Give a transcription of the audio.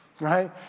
right